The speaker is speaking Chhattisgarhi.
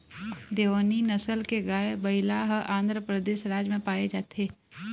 देओनी नसल के गाय, बइला ह आंध्रपरदेस राज म पाए जाथे